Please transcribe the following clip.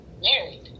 married